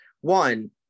One